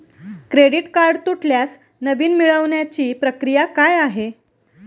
Credit card तुटल्यास नवीन मिळवण्याची प्रक्रिया काय आहे?